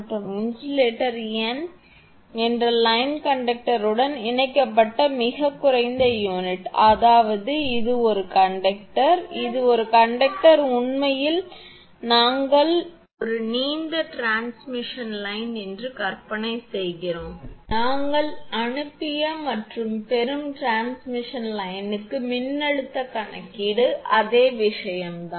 மற்றும் insulator n என்பது line கண்டக்டருடன் இணைக்கப்பட்ட மிகக் குறைந்த யூனிட் அதாவது இது ஒரு கண்டக்டர் இது ஒரு கண்டக்டர் உண்மையில் நாங்கள் ஒரு நீண்ட டிரான்ஸ்மிஷன் லைன் என்று கற்பனை செய்கிறோம் நாங்கள் அனுப்பிய மற்றும் பெறும் டிரான்ஸ்மிஷன் லைனுக்கு மின்னழுத்த கணக்கீடு அதே விஷயம் தான்